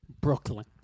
Brooklyn